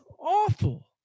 awful